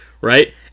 right